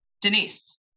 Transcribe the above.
Denise